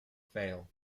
fail